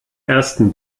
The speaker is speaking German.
ersten